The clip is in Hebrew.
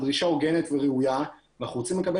זו דרישה הוגנת וראויה ואנחנו רוצים לקבל